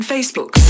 Facebook